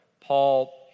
Paul